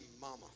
mama